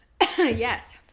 Yes